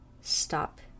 stop